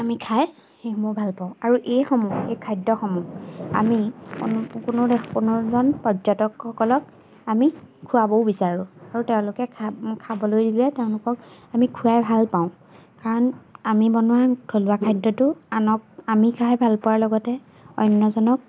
আমি খাই সেইসমূহ ভালপাওঁ আৰু এইসমূহ এই খাদ্যসমূহ আমি কোনো কোনোজন পৰ্যটকসকলক আমি খুৱাবও বিচাৰোঁ আৰু তেওঁলোকে খা খাবলৈ দিলে তেওঁলোকক আমি খুৱাই ভালপাওঁ কাৰণ আমি বনোৱা থলুৱা খাদ্যটো আনক আমি খাই ভাল পোৱাৰ লগতে অন্যজনক